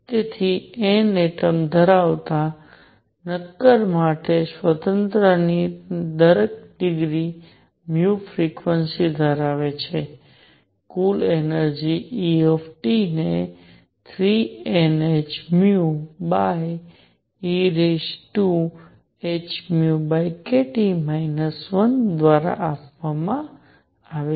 તેથી N atom ધરાવતા નક્કર માટે સ્વતંત્રતાની દરેક ડિગ્રી ફ્રિક્વન્સી ધરાવે છે કુલ એનર્જિ E ને 3NhehνkT 1 દ્વારા આપવામાં આવે છે